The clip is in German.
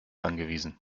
angewiesen